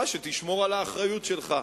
שתשמור על האחריות שלך.